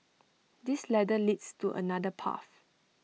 this ladder leads to another path